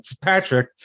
patrick